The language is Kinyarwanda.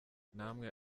namwe